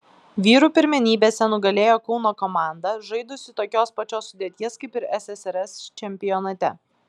vyrų pirmenybėse nugalėjo kauno komanda žaidusi tokios pačios sudėties kaip ir ssrs čempionate